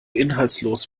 inhaltslos